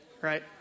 right